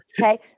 Okay